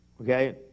Okay